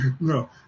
no